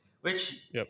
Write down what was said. which-